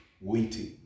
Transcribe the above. waiting